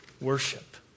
worship